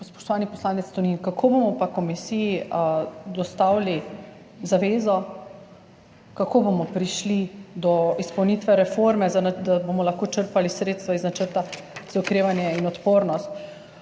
spoštovani poslanec Tonin, kako bomo pa komisiji dostavili zavezo, kako bomo prišli do izpolnitve reforme, da bomo lahko črpali sredstva iz Načrta za okrevanje in odpornost?